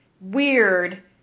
weird